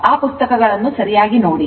ಆ ಪುಸ್ತಕಗಳನ್ನು ಸರಿಯಾಗಿ ನೋಡಿ